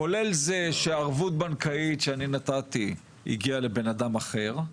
כולל זה שערבות בנקאית שנתתי הגיעה לבן אדם אחר,